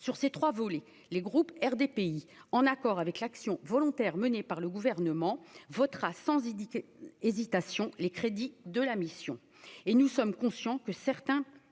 sur ces 3 volets, les groupes RDPI, en accord avec l'action volontaire, menée par le gouvernement, votera sans indiquer hésitation les crédits de la mission et nous sommes conscients que certains